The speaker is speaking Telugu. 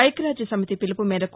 ఐక్యరాజ్యసమితి పిలుపు వేరకు